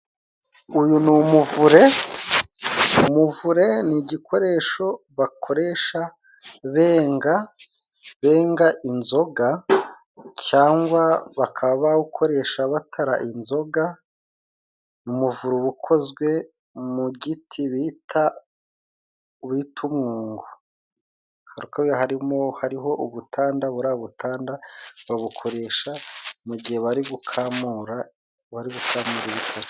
Uyu ni umuvure. Umuvure ni igikoresho bakoresha benga benga inzoga cyangwa bakaba bawukoresha batara inzoga. Umuvure uba ukozwe mu giti bita umwungo. K muvure, hariho ubutanda. Ubutanda babukoresha mu gihe bari gukamura ibikatsi.